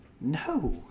no